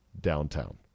downtown